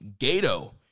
Gato